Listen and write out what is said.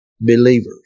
believers